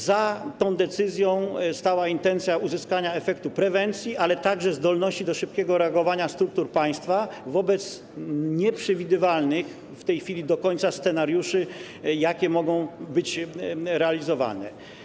Za tą decyzją stała intencja uzyskania efektu prewencji, ale także zdolności szybkiego reagowania struktur państwa wobec nieprzewidywalnych w tej chwili do końca scenariuszy, jakie mogą być realizowane.